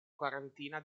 quarantina